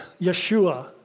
Yeshua